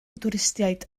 dwristiaid